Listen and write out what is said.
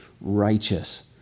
righteous